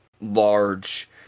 large